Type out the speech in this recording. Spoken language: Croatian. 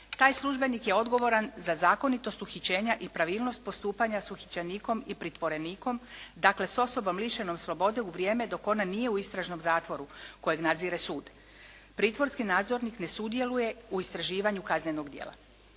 Taj službenik je odgovoran za zakonitost uhićenja i pravilnost postupanja s uhićenikom i pritvorenikom, dakle s osobom lišenom slobode u vrijeme dok ona nije u istražnom zatvoru kojeg nadzire sud. Pritvorski nadzornik ne sudjeluje u istraživanju kaznenog djela.